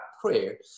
prayer